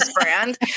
brand